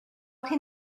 can